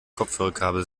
kopfhörerkabel